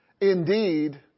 Indeed